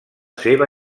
seva